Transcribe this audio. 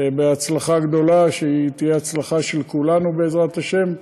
בהצלחה גדולה, שתהיה הצלחה של כולנו, בעזרת השם.